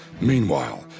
Meanwhile